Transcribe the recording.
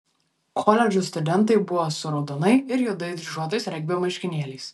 koledžų studentai buvo su raudonai ir juodai dryžuotais regbio marškinėliais